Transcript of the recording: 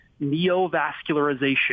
neovascularization